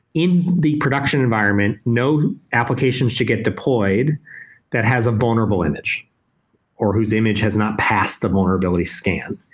in the production environment, no applications should get deployed that has a vulnerable image or whose image has not passed the vulnerability scan.